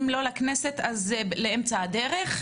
אם לא לכנסת אז לאמצע הדרך,